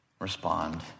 respond